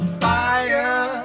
fire